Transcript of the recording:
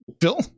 Phil